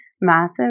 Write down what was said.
massive